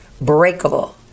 breakable